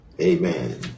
Amen